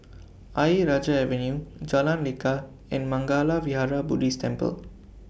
Ayer Rajah Avenue Jalan Lekar and Mangala Vihara Buddhist Temple